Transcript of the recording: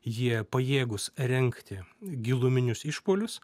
jie pajėgūs rengti giluminius išpuolius